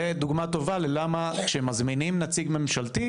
זה דוגמה טובה ללמה כשמזמינים נציג ממשלתי,